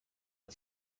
and